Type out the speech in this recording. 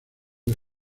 del